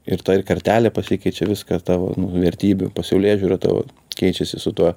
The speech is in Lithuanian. ir ta ir kartelė pasikeičia viskas tavo vertybių pasaulėžiūra tavo keičiasi su tuo